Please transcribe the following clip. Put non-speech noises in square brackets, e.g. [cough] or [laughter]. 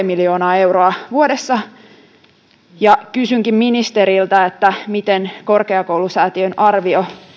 [unintelligible] miljoonaa euroa vuodessa kysynkin ministeriltä miten korkeakoulusäätiön arvio